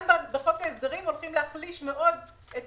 גם בחוק ההסדרים הולכים להחליש מאוד את